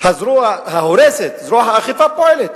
הזרוע ההורסת, זרוע האכיפה, פועלת.